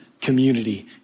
community